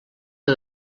que